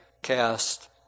Cast